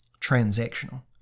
transactional